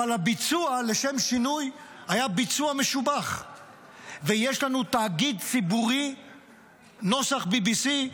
אבל הביצוע לשם שינוי היה ביצוע משובח ויש לנו תאגיד ציבורי נוסח BBC,